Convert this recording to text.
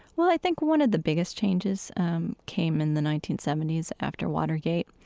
well, i think one of the biggest changes um came in the nineteen seventy s after watergate,